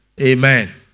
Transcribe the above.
Amen